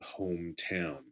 hometown